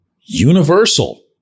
universal